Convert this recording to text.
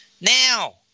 now